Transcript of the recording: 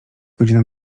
godzina